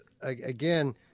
again